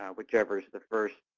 whichever is the first